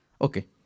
Okay